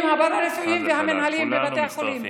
והפארה-רפואיים ולמנהלים בבתי החולים,